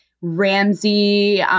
Ramsey